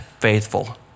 faithful